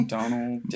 Donald